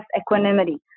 equanimity